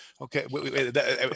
Okay